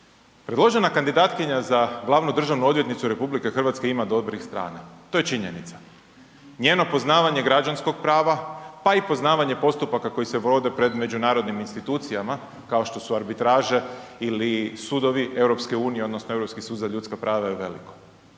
predložena kandidatkinja za glavnu državnu odvjetnicu RH ima dobrih strana, to je činjenica. Njeno poznavanje građanskog prava, pa i poznavanje postupaka koji se vode pred međunarodnim institucijama, kao što su arbitraže ili sudovi EU, odnosno Europski sud za ljudska prava, je veliko.